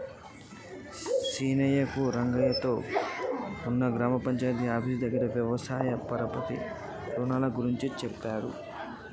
సీనయ్య రంగయ్య తో ఉన్న గ్రామ పంచాయితీ ఆఫీసు దగ్గర వ్యవసాయ పరపతి రుణాల గురించి చెప్పిండు